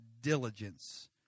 diligence